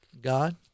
God